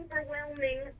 overwhelming